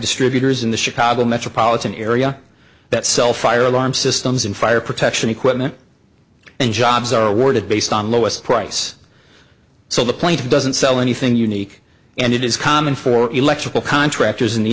distributors in the chicago metropolitan area that sell fire alarm systems and fire protection equipment and jobs are awarded based on lowest price so the plaintiff doesn't sell anything unique and it is common for electrical contractors in the